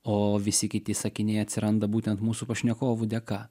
o visi kiti sakiniai atsiranda būtent mūsų pašnekovų dėka